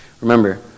Remember